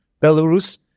Belarus